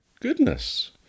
Goodness